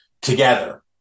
together